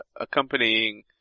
accompanying